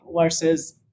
versus